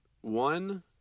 one